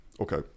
okay